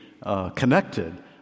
connected